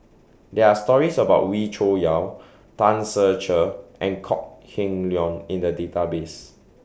There Are stories about Wee Cho Yaw Tan Ser Cher and Kok Heng Leun in The Database